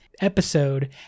episode